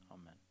amen